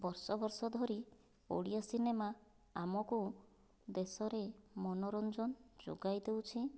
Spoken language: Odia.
ବର୍ଷ ବର୍ଷ ଧରି ଓଡ଼ିଆ ସିନେମା ଆମକୁ ଦେଶରେ ମନୋରଞ୍ଜନ ଯୋଗାଇଦେଉଛି